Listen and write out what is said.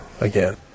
again